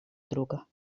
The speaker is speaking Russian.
друга